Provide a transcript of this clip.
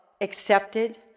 accepted